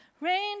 Rain